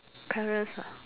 parents ah